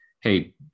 hey